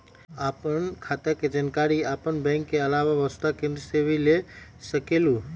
आपन खाता के जानकारी आपन बैंक के आलावा वसुधा केन्द्र से भी ले सकेलु?